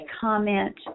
comment